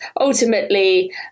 ultimately